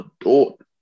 adult